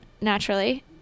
naturally